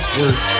work